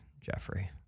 jeffrey